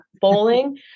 bowling